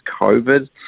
covid